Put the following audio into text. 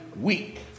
week